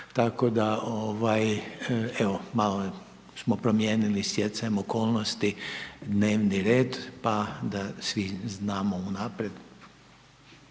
Tako da evo malo smo promijenili stjecajem okolnosti dnevni red pa da svi znamo unaprijed.